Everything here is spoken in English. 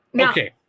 okay